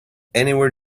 anywhere